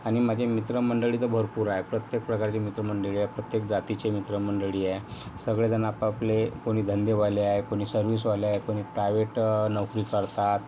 आणि माझे मित्रमंडळी तर भरपूर आहे प्रत्येक प्रकारचे मित्रमंडळी आहे प्रत्येक जातीचे मित्रमंडळी आहे सगळेजणं आपआपले कोणी धंदेवाले आहे कोणी सर्विसवाले आहे कोणी प्रायव्हेट नोकरी करतात